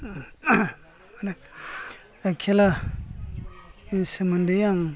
खेलानि सोमोन्दै आं